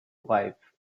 wife